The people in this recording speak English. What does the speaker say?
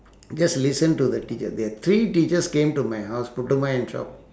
just listened to the teacher there are three teachers came to my house putu mayam shop